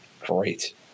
Great